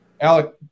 Alec